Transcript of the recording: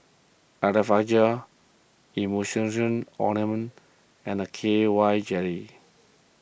Blephagel Emulsying Ointment and K Y Jelly